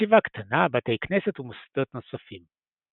ישיבה קטנה בתי כנסת ומוסדות נוספים.